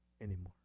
anymore